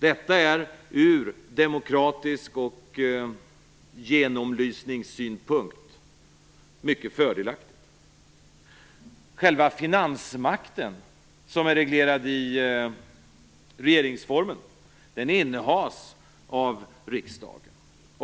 Detta är ur demokratisk synpunkt och ur genomlysningssynpunkt mycket fördelaktigt. Själva finansmakten, som är reglerad i regeringsformen, innehas av riksdagen.